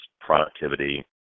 productivity